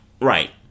Right